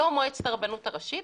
לא מועצת הרבנות הראשית,